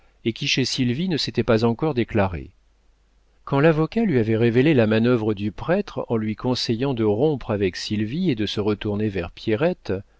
et qui chez sylvie ne s'était pas encore déclarée quand l'avocat lui avait révélé la manœuvre du prêtre en lui conseillant de rompre avec sylvie et de se retourner vers